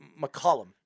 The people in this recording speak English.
McCollum